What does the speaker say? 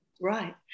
Right